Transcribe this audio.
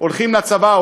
עושים צבא,